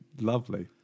lovely